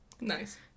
nice